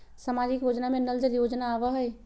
सामाजिक योजना में नल जल योजना आवहई?